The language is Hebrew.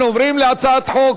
אנחנו עוברים להצעת חוק,